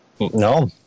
No